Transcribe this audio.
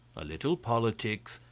a little politics,